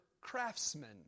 craftsmen